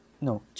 no